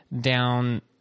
down